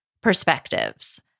perspectives